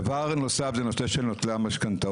דבר נוסף זה נושא של נוטלי המשכנתאות,